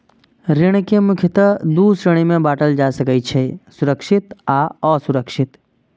ऋण कें मुख्यतः दू श्रेणी मे बांटल जा सकै छै, सुरक्षित आ असुरक्षित